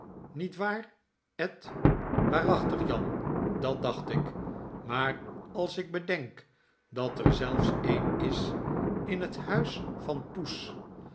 niet waar ed y waarachtig jan dat dacht ik maar alsik bedenk dat er zelfs een is in het huis vp poes